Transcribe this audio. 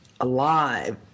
alive